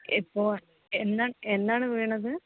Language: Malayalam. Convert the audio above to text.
ഇപ്പോൾ എന്നാണ് എന്നാണ് വീണത്